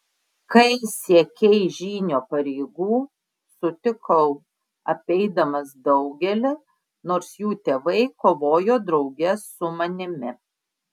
kai siekei žynio pareigų sutikau apeidamas daugelį nors jų tėvai kovojo drauge su manimi